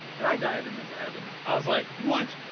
and i died and went to heaven. i was like, what?